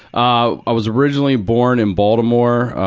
ah, i was originally born in baltimore,